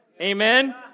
Amen